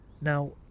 Now